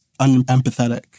unempathetic